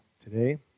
today